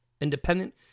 independent